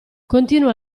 continua